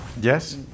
Yes